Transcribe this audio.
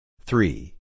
Three